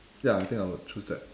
ya I think I would choose that